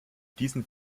diesen